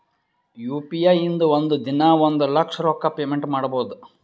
you P I ಇಂದ ಒಂದ್ ದಿನಾ ಒಂದ ಲಕ್ಷ ರೊಕ್ಕಾ ಪೇಮೆಂಟ್ ಮಾಡ್ಬೋದ್